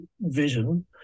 vision